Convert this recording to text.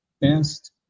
best